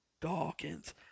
Dawkins